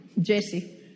Jesse